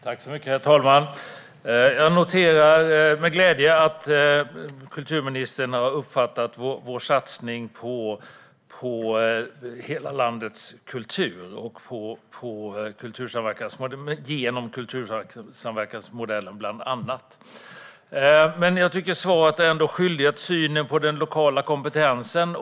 Herr talman! Jag noterar med glädje att kulturministern har uppfattat vår satsning på hela landets kultur genom bland annat kultursamverkansmodellen. Jag tycker dock att hon är svaret skyldig vad gäller den lokala kompetensen.